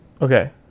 Okay